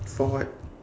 for what